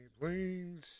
Planes